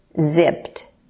zipped